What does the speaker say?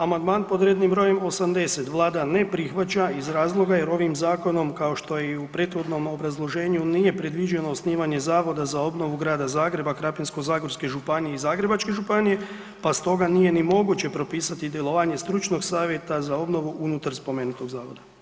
Amandman pod rednim brojem 80 Vlada ne prihvaća iz razloga jer ovim zakonom kao što je i u prethodnom obrazloženju nije predviđeno osnivanje zavoda za obnovu Grada Zagreba, Krapinsko-zagorske županije i Zagrebačke županije pa stoga nije ni moguće pa stoga nije ni moguće propisati djelovanje stručnog savjeta za obnovu unutar spomenutog zavoda.